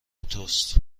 توست